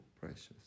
precious